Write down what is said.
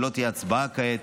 שלא תהיה הצבעה כעת.